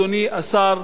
אדוני השר,